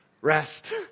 Rest